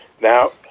Now